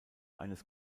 eines